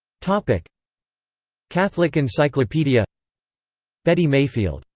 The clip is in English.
catholic catholic encyclopedia betty mayfield,